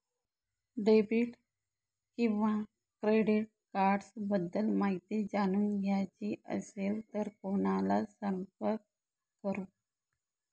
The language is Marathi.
डेबिट किंवा क्रेडिट कार्ड्स बद्दल माहिती जाणून घ्यायची असेल तर कोणाला संपर्क करु?